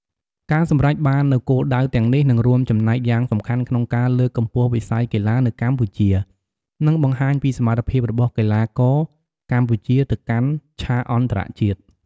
ការសម្រេចបាននូវគោលដៅទាំងនេះ នឹងរួមចំណែកយ៉ាងសំខាន់ក្នុងការលើកកម្ពស់វិស័យកីឡានៅកម្ពុជា និងបង្ហាញពីសមត្ថភាពរបស់កីឡាករកម្ពុជាទៅកាន់ឆាកអន្តរជាតិ។